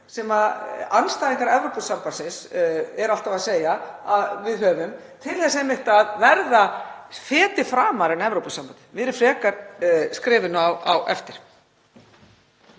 sem andstæðingar Evrópusambandsins eru alltaf að segja að við höfum til þess einmitt að verða feti framar en Evrópusambandið, við erum frekar skrefinu á eftir.